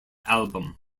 album